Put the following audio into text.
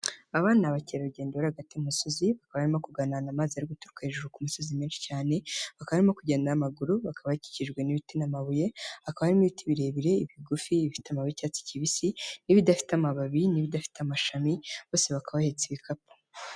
Abana bakerarugendo bari hagati y'umusozi barimo kuganira ku mazi arimo guturuka hejuru ku misozi menshi cyane, bakaba barimo kugenda n'amaguru, bakaba bakijwe n'ibiti n'amabuye, hakabamo ibiti birebire, ibigufi, ibifite amababi y'icyatsi kibisi n'ibidafite amababi, n'ibidafite amashami; bose baka bahetse ibikapu.